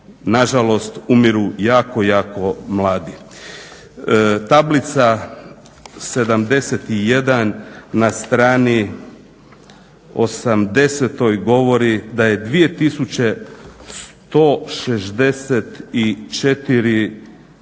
nažalost umiru jako, jako mladi. Tablica 71. na strani 80. govori da je 2 164